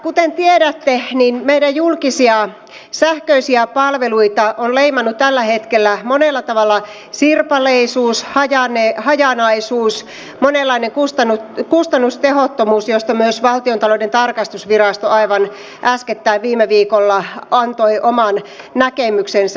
kuten tiedätte niin meidän julkisia sähköisiä palveluita on leimannut tällä hetkellä monella tavalla sirpaleisuus hajanaisuus ja monenlainen kustannustehottomuus joista myös valtiontalouden tarkastusvirasto aivan äskettäin viime viikolla antoi oman näkemyksensä